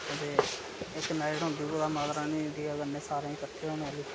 ते इक नाइट होंदी कुदै माता रानी दी दया कन्नै सारें दे कट्ठे होने आह्ली